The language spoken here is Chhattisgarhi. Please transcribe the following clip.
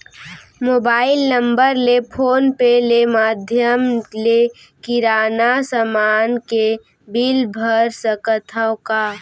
मोबाइल नम्बर ले फोन पे ले माधयम ले किराना समान के बिल भर सकथव का?